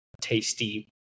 tasty